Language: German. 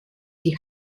die